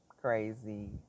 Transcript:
crazy